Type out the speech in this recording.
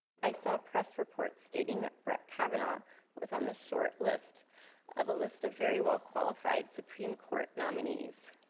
i saw press report stating that brett kavanaugh was on the short list of list of very well-qualified supreme court nominees.